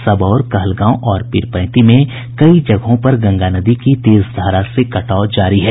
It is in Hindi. सबौर कहलगांव और पिरपैंती में कई जगहों पर गंगा नदी की तेज धारा से कटाव जारी है